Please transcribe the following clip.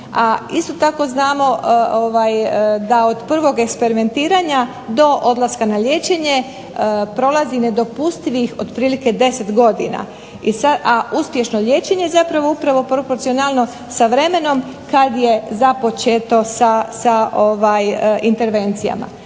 isto tako znamo da od prvog eksperimentiranja, do odlaska na liječenje prolazi nedopustivih otprilike 10 godina, a uspješno liječenje zapravo upravo proporcionalno sa vremenom kad je započeto sa intervencijama.